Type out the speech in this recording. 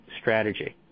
strategy